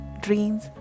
dreams